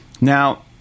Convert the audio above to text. Now